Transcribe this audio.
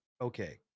okay